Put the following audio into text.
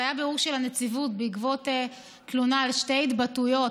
היה בירור של הנציבות בעקבות תלונה על שתי התבטאויות,